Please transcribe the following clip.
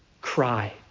cry